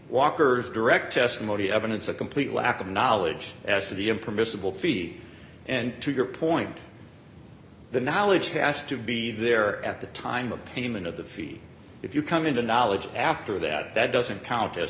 walkers direct testimony evidence a complete lack of knowledge as to the impermissible fee and to your point the knowledge has to be there at the time of payment of the fee if you come into knowledge after that that doesn't count as